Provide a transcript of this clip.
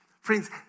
Friends